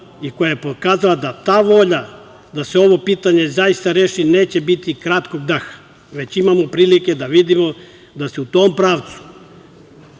i koja je pokazala da ta volja da se ovo pitanje zaista reši neće biti kratkog daha, već imamo prilike da vidimo da se u tom pravcu